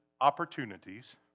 opportunities